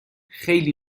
خیلی